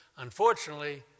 Unfortunately